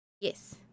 Yes